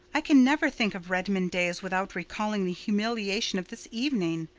i can never think of redmond days without recalling the humiliation of this evening.